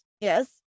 yes